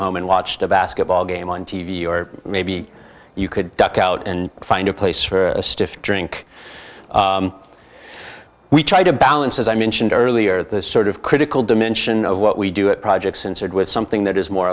home and watched a basketball game on t v or maybe you could duck out and find a place for a stiff drink we try to balance as i mentioned earlier the sort of critical dimension of what we do it projects and said with something that is more